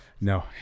no